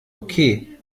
okay